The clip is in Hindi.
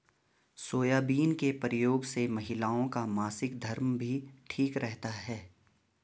सोयाबीन के प्रयोग से महिलाओं का मासिक धर्म भी ठीक रहता है